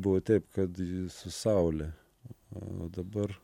buvo taip kad su saule o dabar